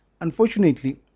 unfortunately